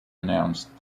announced